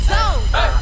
Zone